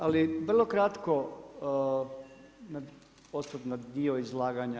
Ali vrlo kratko osvrt na dio izlaganja.